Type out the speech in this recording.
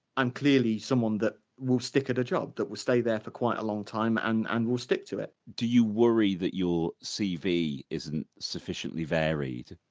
i'm clearly someone that will stick at a job, that will stay there for quite a long time and and will stick to it do you worry that your cv isn't sufficiently varied?